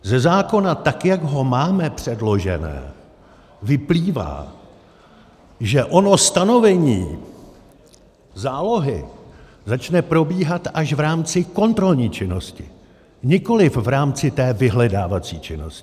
Ze zákona, tak jak ho máme předložený, vyplývá, že ono stanovení zálohy začne probíhat až v rámci kontrolní činnosti, nikoliv v rámci té vyhledávací činnosti.